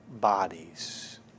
bodies